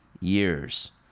years